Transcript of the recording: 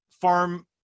farm